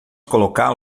colocá